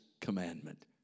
commandment